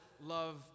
love